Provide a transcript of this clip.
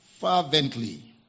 fervently